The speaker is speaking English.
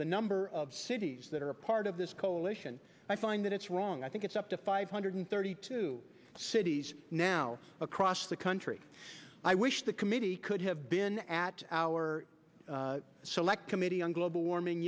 the number of cities that are part of this coalition i find that it's wrong i think it's up to five hundred thirty two cities now across the country i wish the committee could have been at our select committee on global warming